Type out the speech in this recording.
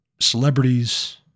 celebrities